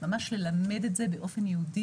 ממש ללמד את זה באופן ייעודי,